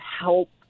help